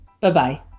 bye-bye